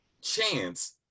chance